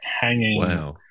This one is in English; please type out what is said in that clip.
hanging